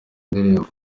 ndirimbo